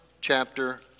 chapter